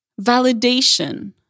validation